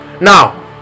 Now